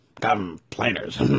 Complainers